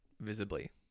visibly